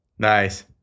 nice